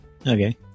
okay